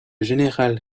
général